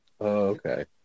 Okay